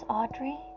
Audrey